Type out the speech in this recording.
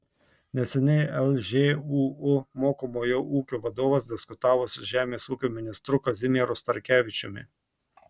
neseniai lžūu mokomojo ūkio vadovas diskutavo su žemės ūkio ministru kazimieru starkevičiumi